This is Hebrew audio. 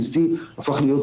הדבר הזה פשוט לא עובד.